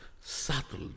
subtle